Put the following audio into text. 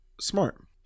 Smart